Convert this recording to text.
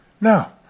Now